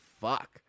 fuck